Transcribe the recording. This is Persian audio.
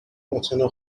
اتنا